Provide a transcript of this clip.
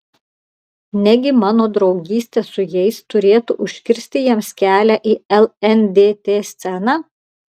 negi mano draugystė su jais turėtų užkirsti jiems kelią į lndt sceną